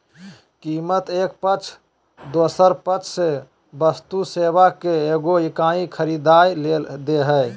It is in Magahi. कीमत एक पक्ष दोसर पक्ष से वस्तु सेवा के एगो इकाई खरीदय ले दे हइ